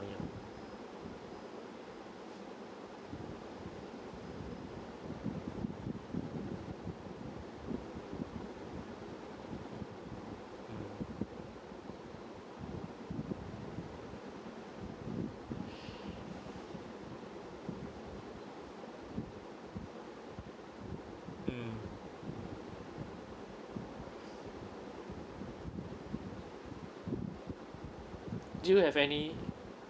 mm do you have any